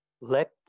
Let